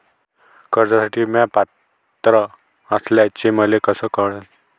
कर्जसाठी म्या पात्र असल्याचे मले कस कळन?